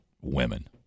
women